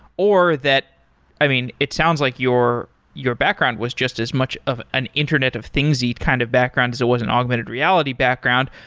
or that i mean, it sounds like your your background was just as much of an internet of things kind of background as it was an augmented reality background.